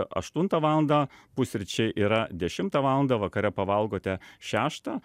aštuntą valandą pusryčiai yra dešimtą valandą vakare pavalgote šeštą